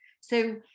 so-